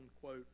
quote